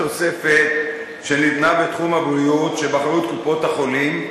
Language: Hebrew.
סך התוספת שניתנה בתחום הבריאות, קופות-החולים,